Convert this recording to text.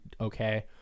okay